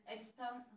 Expand